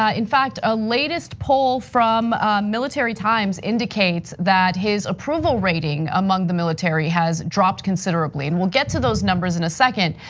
in fact, a latest poll from military times indicates that his approval rating among the military has dropped considerably and we'll get to those numbers in a second.